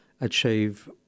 achieve